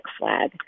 flag